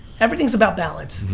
everything's about balance,